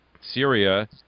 Syria